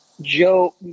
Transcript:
joe